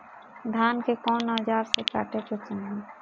धान के कउन औजार से काटे के चाही?